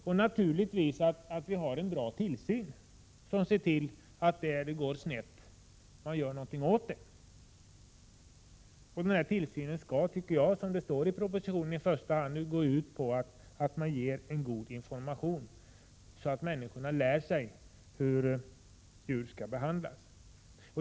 Vi måste också ha en bra tillsyn som innebär att man, när något går snett, gör någonting åt det. Tillsynen skall, som det står i propositionen, i första hand gå ut på att man ger en god information, så att människorna lär sig hur djur skall behandlas.